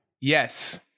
Yes